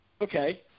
Okay